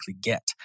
get